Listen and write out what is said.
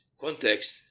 context